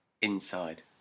Inside